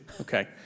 Okay